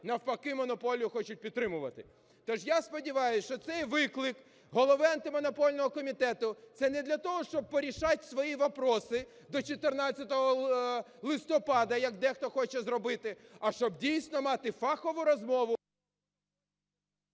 навпаки монополію хочуть підтримувати. Тож я сподіваюся, що цей виклик Голови Антимонопольного комітету це не для того, щоб порішати свої вопроси до 14 листопада, як дехто хоче зробити, а щоб, дійсно, мати фахову розмову…